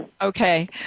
Okay